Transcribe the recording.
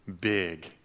big